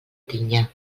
tinya